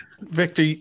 Victor